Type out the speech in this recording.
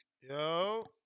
Yo